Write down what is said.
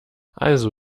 also